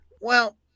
Well-